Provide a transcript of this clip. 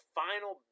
final